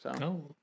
No